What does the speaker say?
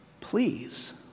please